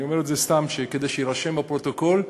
אני אומר את זה סתם כדי שיירשם בפרוטוקול,